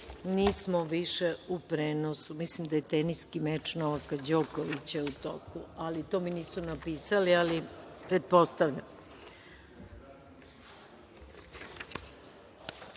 nismo više u prenosu. Mislim da je teniski meč Novaka Đokovića u toku. To mi nisu napisali, ali pretpostavljam. Četrnaesta